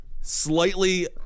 slightly